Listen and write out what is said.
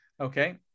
Okay